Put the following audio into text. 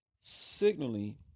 signaling